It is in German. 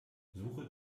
suche